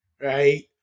Right